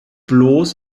bloß